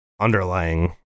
underlying